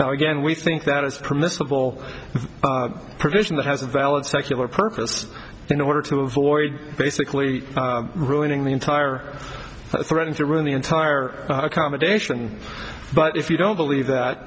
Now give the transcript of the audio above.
now again we think that it's permissible provision that has a valid secular purpose in order to avoid basically ruining the entire threaten to ruin the entire accommodation but if you don't believe that